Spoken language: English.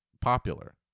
popular